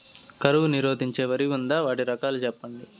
కరువు నిరోధించే వరి ఉందా? వాటి రకాలు చెప్పండి?